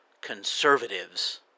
conservatives